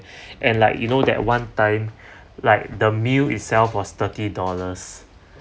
and like you know that one time like the meal itself was thirty dollars